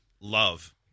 love